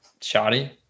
Shoddy